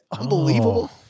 Unbelievable